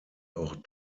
auch